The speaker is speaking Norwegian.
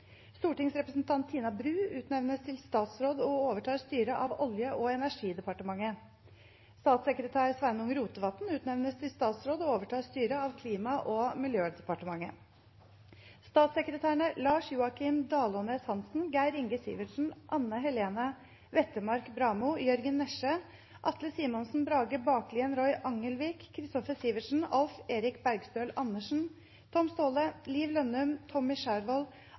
Stortingsrepresentant Tina Bru utnevnes til statsråd og overtar styret av Olje- og energidepartementet. Statssekretær Sveinung Rotevatn utnevnes til statsråd og overtar styret av Klima- og miljødepartementet. Statssekretærene Lars Joakim Dalånes Hanssen, Geir Inge Sivertsen, Anne Helene Wettermark Bramo, Jørgen Næsje, Atle Simonsen, Brage Baklien, Roy Angelvik, Kristoffer Sivertsen, Alf Erik Bergstøl Andersen, Tom Staahle, Liv Lønnum, Tommy Skjervold,